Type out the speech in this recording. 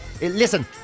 listen